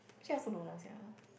actually I also don't know sia